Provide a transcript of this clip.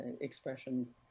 expressions